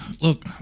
look